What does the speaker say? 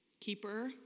keeper